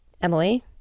Emily